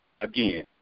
again